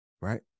right